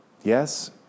yes